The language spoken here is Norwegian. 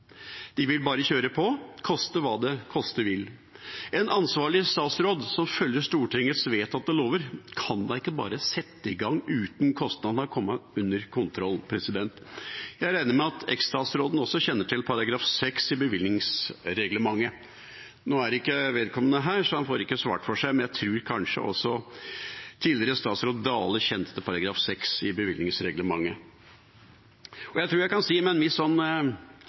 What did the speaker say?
på, koste hva det koste vil. En ansvarlig statsråd, som følger Stortingets vedtatte lover, kan da ikke bare sette i gang uten at kostnadene har kommet under kontroll. Jeg regner med at eks-statsråden også kjenner til § 6 i bevilgningsreglementet. Nå er ikke vedkommende her, så han får ikke svart for seg, men jeg tror kanskje at også tidligere statsråd Jon Georg Dale kjente til § 6 i bevilgningsreglementet. Jeg tror jeg kan si